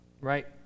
right